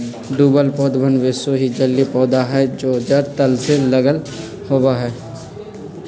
डूबल पौधवन वैसे ही जलिय पौधा हई जो जड़ तल से लगल होवा हई